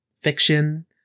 fiction